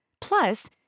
Plus